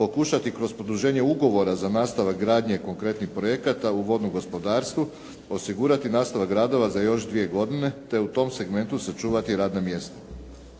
pokušati kroz produženje ugovora za nastavak gradnje konkretnih projekata u vodnom gospodarstvu osigurati nastavak radova za još dvije godine, te u tom segmentu sačuvati radna mjesta.